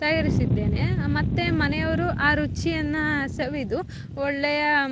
ತಯಾರಿಸಿದ್ದೇನೆ ಮತ್ತು ಮನೆಯವರು ಆ ರುಚಿಯನ್ನು ಸವಿದು ಒಳ್ಳೆಯ